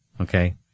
Okay